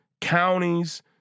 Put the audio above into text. counties